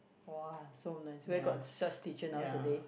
!wah! so nice where got such teacher so nice nowadays